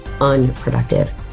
unproductive